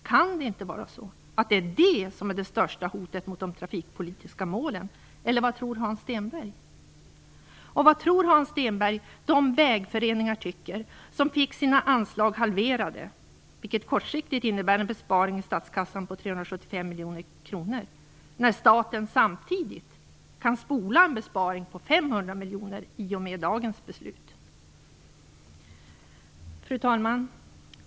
Kan det inte vara det som är det största hotet mot de trafikpolitiska målen, eller vad tror Hans Stenberg? Och vad tror Hans Stenberg de vägföreningar tycker, som fick sina anslag halverade, vilket kortsiktigt innebär en besparing i statskassan på 375 miljoner kronor, när staten samtidigt kan spola en besparing på 500 miljoner kronor i och med dagens beslut? Fru talman!